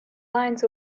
lines